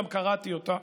גם קראתי אותה.